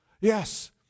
Yes